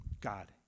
God